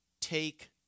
Take